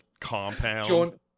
compound